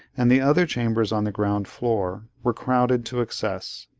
and the other chambers on the ground-floor, were crowded to excess.